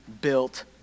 built